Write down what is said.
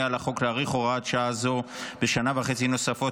על החוק להאריך הוראת שעה זו בשנה וחצי נוספות,